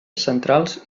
centrals